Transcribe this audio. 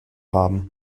haben